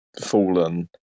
fallen